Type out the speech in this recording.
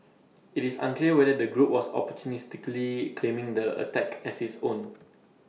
IT is unclear whether the group was opportunistically claiming the attack as its own